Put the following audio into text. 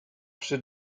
przy